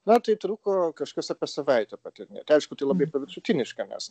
na tai truko kažkas apie savaitę kokią aišku tai labai paviršutiniška nes